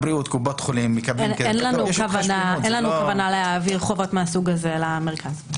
אין לנו כוונה להעביר חובות מהסוג הזה למרכז.